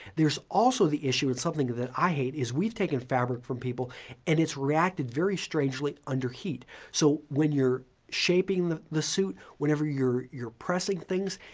there's also the issue and it's something that i hate, is we've taken fabric from people and it's reacted very strangely under heat. so when you're shaping the the suit, whenever you're you're pressing things,